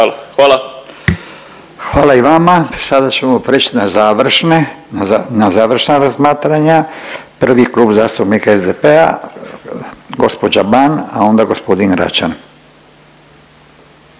Hvala i vama. Sada ćemo preći na završne, na završna razmatranja, prvi Klub zastupnika SDP-a gospođa Ban, a onda gospodin Račan.